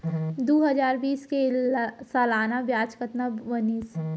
दू हजार बीस के सालाना ब्याज कतना बनिस?